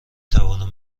توانم